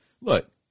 look